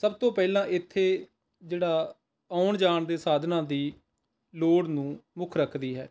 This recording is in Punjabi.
ਸਭ ਤੋਂ ਪਹਿਲਾਂ ਇੱਥੇ ਜਿਹੜਾ ਆਉਣ ਜਾਣ ਦੇ ਸਾਧਨਾਂ ਦੀ ਲੋੜ ਨੂੰ ਮੁੱਖ ਰੱਖਦੀ ਹੈ